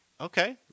okay